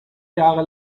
jahre